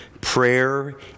Prayer